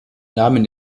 namen